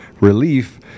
relief